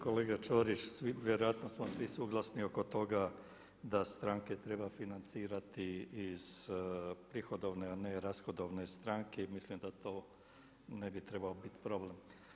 Kolega Ćorić vjerojatno smo svi suglasni oko toga da stranke treba financirati iz prihodovne a ne rashodovne stranke i mislim da to ne bi trebao biti problem.